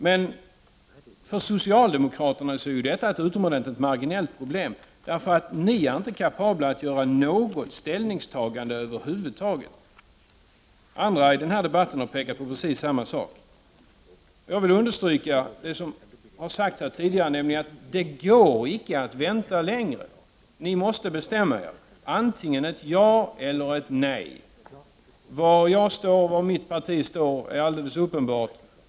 Men för socialdemokraterna är detta ett utomordentligt marginellt problem, för ni är inte kapabla att göra något ställningstagande över huvud taget. Andra i den här debatten har pekat på precis samma sak. Jag vill understryka det som har sagts tidigare, nämligen att det icke går att vänta längre. Ni måste bestämma er, antingen ett ja eller ett nej. Var jag står och var mitt parti står är alldeles uppenbart.